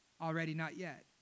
Already-not-yet